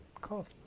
Cool